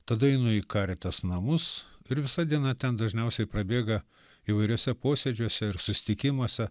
tada einu į karitas namus ir visa diena ten dažniausiai prabėga įvairiuose posėdžiuose ir susitikimuose